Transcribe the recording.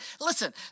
listen